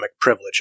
privilege